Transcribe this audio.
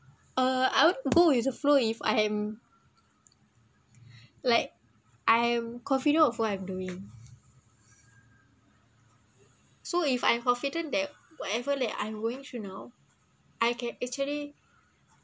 uh I would go with the flow if I am like I'm confident of what I'm doing so if I'm confident that whatever that I'm going through now I can actually